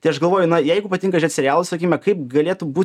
tai aš galvoju na jeigu patinka žiūrėt serialus sakykime kaip galėtų būt